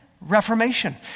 Reformation